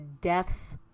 deaths